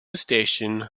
station